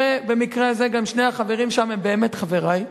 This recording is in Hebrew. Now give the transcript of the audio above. במקרה הזה גם שני החברים שם הם באמת חברי,